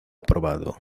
aprobado